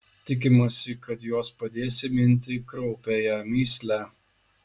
tikimasi kad jos padės įminti kraupiąją mįslę